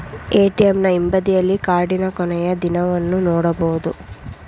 ಎ.ಟಿ.ಎಂನ ಹಿಂಬದಿಯಲ್ಲಿ ಕಾರ್ಡಿನ ಕೊನೆಯ ದಿನವನ್ನು ನೊಡಬಹುದು